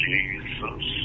Jesus